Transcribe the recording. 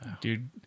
Dude